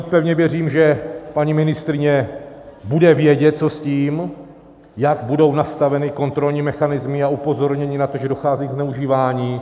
Pevně věřím, že paní ministryně bude vědět, co s tím, jak budou nastaveny kontrolní mechanismy a upozornění na to, že dochází ke zneužívání.